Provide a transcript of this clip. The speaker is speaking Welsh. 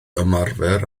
ymarfer